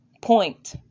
point